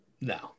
no